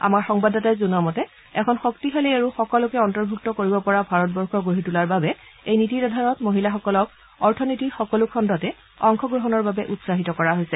আমাৰ সংবাদদাতাই জনোৱা মতে এখন শক্তিশালী আৰু সকলোকে অন্তৰ্ভুক্ত কৰিব পৰা ভাৰতবৰ্ষ গঢ়ি তোলাৰ বাবে এই নীতিৰ আধাৰত মহিলাসকলক অৰ্থনীতিৰ সকলো খণ্ডতে অংশগ্ৰহণৰ বাবে উৎসাহিত কৰা হৈছে